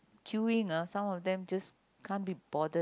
queuing ah some of them just can't be bothered